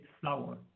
flower